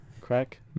Crack